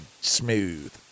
smooth